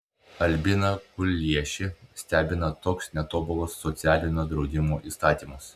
albiną kuliešį stebina toks netobulas socialinio draudimo įstatymas